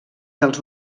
dels